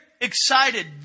excited